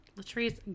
Latrice